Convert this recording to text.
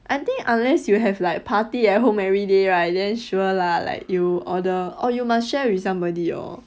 I think unless you have like party at home everyday right then sure lah like you order or you must share with somebody lor